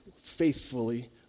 faithfully